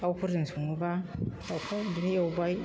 दाउफोरजों सङोब्ला दाउखौ बिदिनो एवबाय